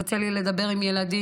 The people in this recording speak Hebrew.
יוצא לי לדבר עם ילדים.